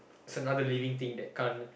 is another living thing that can't